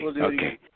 Okay